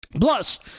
Plus